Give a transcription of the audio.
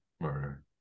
murder